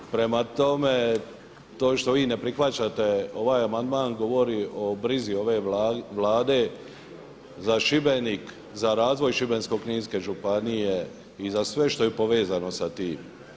Prema tome to što vi ne prihvaćate ovaj amandman govori o brizi ove Vlade za Šibenik, za razvoj Šibensko-kninske županije i za sve što je povezano sa tim.